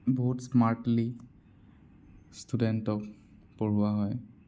বহুত স্মাৰ্টলী ষ্টুডেণ্টক পঢ়োৱা হয়